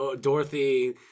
Dorothy